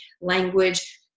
language